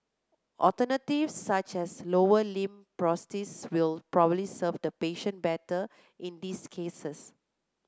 alternatives such as lower limb prosthesis will probably serve the patient better in these cases